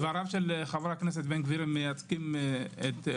דבריו של חבר הכנסת בן גביר מייצגים אותי.